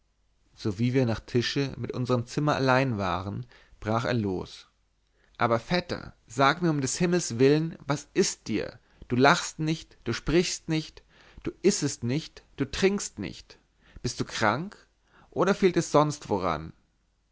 sowie wir nach tische in unserm zimmer allein waren brach er los aber vetter sag mir um des himmels willen was ist dir du lachst nicht du sprichst nicht du issest nicht du trinkst nicht bist du krank oder fehlt es sonst woran